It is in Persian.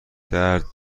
درد